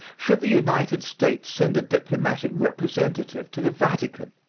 should the united states send a diplomatic representative to the vatican?